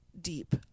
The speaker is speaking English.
deep